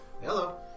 Hello